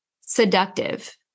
seductive